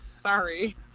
sorry